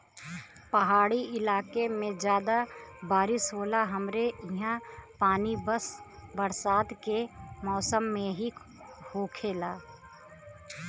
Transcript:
पहाड़ी इलाके में जादा बारिस होला हमरे ईहा पानी बस बरसात के मौसम में ही होखेला